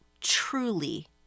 truly